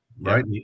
right